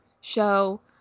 Show